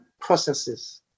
processes